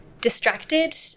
distracted